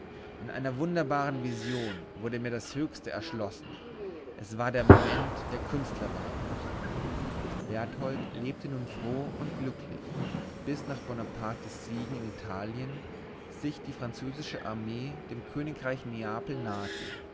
in einer wunderbaren vision wurde mir das höchste erschlossen es war der moment der künstlerweihe berthold lebte nun froh und glücklich bis nach bonapartes siegen in italien sich die französische armee dem königreich neapel nahte